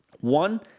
One